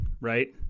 right